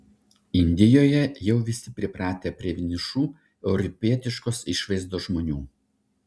indijoje jau visi pripratę prie vienišų europietiškos išvaizdos žmonių